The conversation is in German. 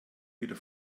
wieder